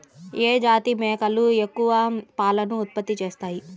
ఏ జాతి మేకలు ఎక్కువ పాలను ఉత్పత్తి చేస్తాయి?